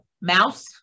mouse